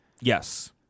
Yes